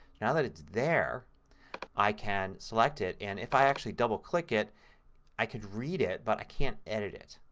now that it's there i can select it, and if i actually double click it i can read it but i can't edit it.